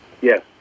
Yes